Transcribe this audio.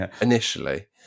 initially